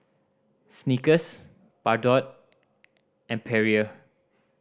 Snickers Bardot and Perrier